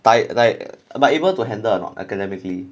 die like but able to handle or not academically